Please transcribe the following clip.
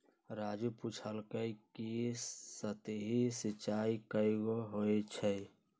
राजू पूछलकई कि सतही सिंचाई कैगो होई छई